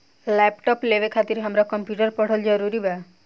Laptop लेवे खातिर हमरा कम्प्युटर पढ़ल जरूरी बा?